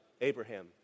Abraham